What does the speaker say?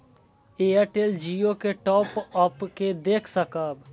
Airtel Jio के top up के देख सकब?